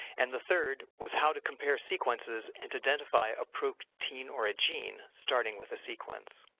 and the third was how to compare sequences and identify a protein or a gene starting with a sequence.